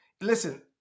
Listen